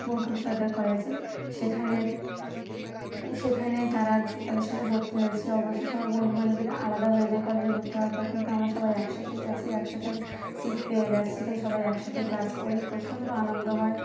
বঙ্কিম সর্দার কলেজে সেখানে সেখানে তারা তাদের সাথে ভর্তি হয়েছি অবশ্য সবাই বন্ধু বান্ধবীরা আলাদা হয়ে যায়ে কলেজে ভর্তি হওয়ার পরে কিন্তু আমরা সবাই একসাথেই আছি একসাথে সিট পেয়ে গিয়েছি তাই সবাই একসাথেই ক্লাস করি প্রচণ্ড আনন্দ হয়